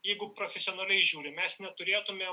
jeigu profesionaliai žiūrim mes neturėtumėm